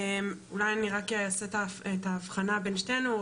אולי אני רק אעשה את ההבחנה בין שתינו,